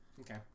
Okay